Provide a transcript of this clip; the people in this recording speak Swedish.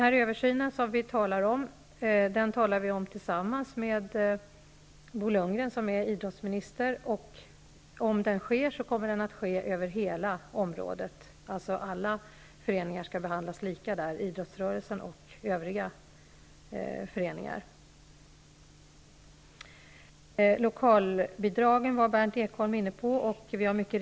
Vi överlägger med Bo Lundgren, som är idrottsminister, i frågan en översyn. Om den görs, kommer den att avse hela området. Alla föreningar, idrottsföreningar och övriga, skall behandlas lika. Berndt Ekholm var inne på frågan om lokalbidragen.